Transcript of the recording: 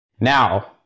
Now